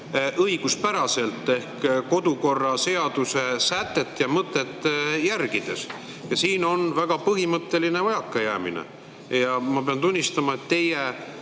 õiguspäraselt ehk kodukorraseaduse sätet ja mõtet järgides. Ja siin on väga põhimõtteline vajakajäämine. Ma pean tunnistama, et teie